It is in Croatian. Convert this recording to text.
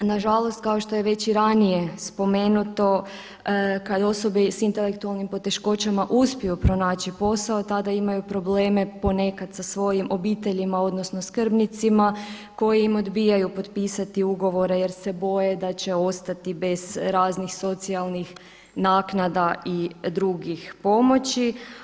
Nažalost kao što je već i ranije spomenuto kada osobe s intelektualnim poteškoćama uspiju pronaći posao tada imaju probleme ponekad sa svojim obiteljima odnosno skrbnicima koji im odbijaju potpisati ugovore jer se boje da će ostati bez raznih socijalnih naknada i drugih pomoći.